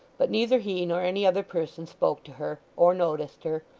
but neither he nor any other person spoke to her, or noticed her,